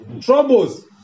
troubles